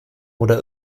oder